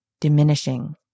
diminishing